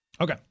Okay